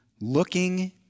looking